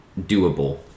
doable